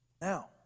Now